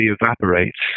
evaporates